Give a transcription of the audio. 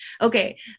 Okay